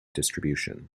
distribution